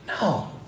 No